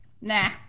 Nah